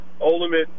ultimate